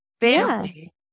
Family